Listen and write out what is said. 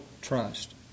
trust